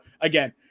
again